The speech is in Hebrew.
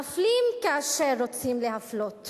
מפלים כאשר רוצים להפלות,